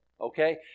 Okay